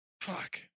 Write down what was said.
Fuck